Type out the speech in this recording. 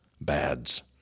bads